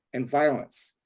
and violence.